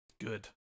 Good